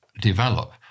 develop